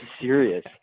serious